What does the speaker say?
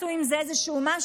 עשו עם זה איזשהו משהו.